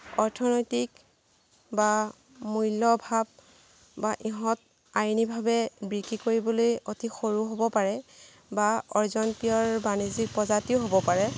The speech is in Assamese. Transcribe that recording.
অৰ্থনৈতিক বা মূল্যভাৱ বা ইহঁত আইনীভাৱে বিক্ৰী কৰিবলৈ অতি সৰু হ'ব পাৰে বা অৰ্জনপ্ৰিয়ৰ বাণিজ্যিক প্ৰজাতিও হ'ব পাৰে